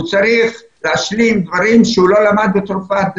הוא צריך להשלים דברים שהוא לא למד בצרפת.